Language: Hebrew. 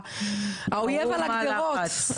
האויב על הגדרות.